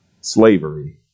slavery